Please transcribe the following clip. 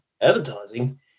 advertising